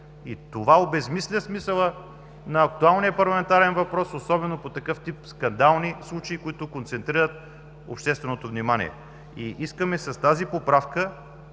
Това обезсмисля смисъла на актуалния парламентарен въпрос особено по такъв тип скандални случаи, които концентрират общественото внимание. С тази поправка